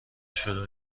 شروع